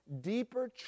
deeper